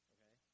Okay